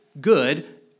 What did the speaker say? good